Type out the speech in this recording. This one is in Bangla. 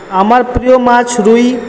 আমার প্রিয় মাছ রুই